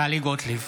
טלי גוטליב,